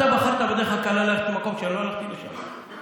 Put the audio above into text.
אתה בחרת בדרך הקלה ללכת למקום שאני לא הלכתי לשם.